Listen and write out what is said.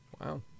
wow